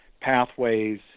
pathways